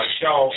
show